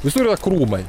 visur yra krūmai